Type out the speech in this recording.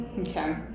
Okay